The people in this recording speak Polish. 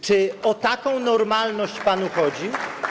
Czy o taką normalność panu chodzi?